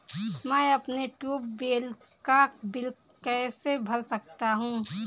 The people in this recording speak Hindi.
मैं अपने ट्यूबवेल का बिल कैसे भर सकता हूँ?